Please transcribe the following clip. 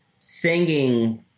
singing